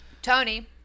Tony